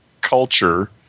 culture